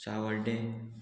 सावड्डें